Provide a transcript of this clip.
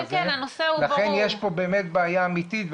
לכן יש פה בעיה אמיתית.